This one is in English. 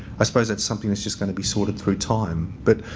i suppose that's something that's just going to be sorted through time. but,